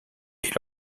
est